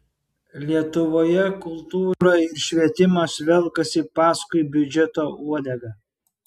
lietuvoje kultūra ir švietimas velkasi paskui biudžeto uodegą